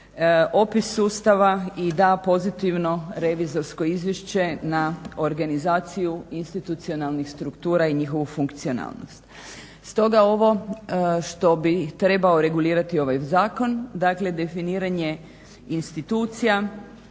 opis sustava i da pozitivno revizorsko izvješće na organizaciju institucionalnih struktura i njihovu funkcionalnost. Stoga ovo što bi trebao regulirati ovaj zakon, dakle definiranje institucija,